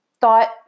thought